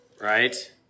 Right